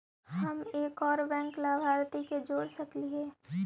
हम एक और बैंक लाभार्थी के जोड़ सकली हे?